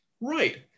Right